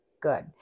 good